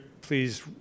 please